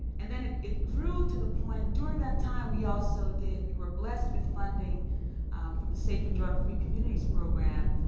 and then it it grew to the point, during that time we also did we were blessed with funding from the safety and drug free communities program,